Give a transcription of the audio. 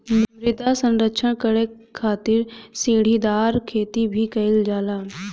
मृदा संरक्षण करे खातिर सीढ़ीदार खेती भी कईल जाला